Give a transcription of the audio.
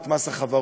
את מס החברות,